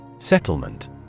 Settlement